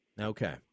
okay